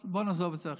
בואו נעזוב את זה עכשיו.